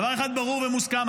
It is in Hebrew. דבר אחד ברור ומוסכם,